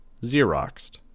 Xeroxed